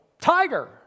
Tiger